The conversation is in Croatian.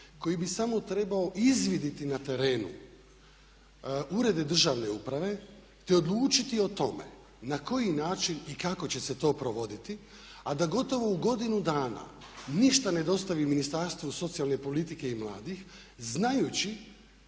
koji bi samo trebao izvidjeti na terenu urede državne uprave te odlučiti o tome na koji način i kako će se to provoditi, a da gotovo u godinu dana ništa ne dostavi Ministarstvu socijalne politike i mladih znajući